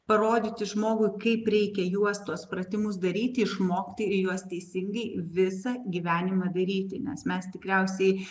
parodyti žmogui kaip reikia juos tuos pratimus daryti išmokti ir juos teisingai visą gyvenimą daryti nes mes tikriausiai